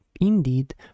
Indeed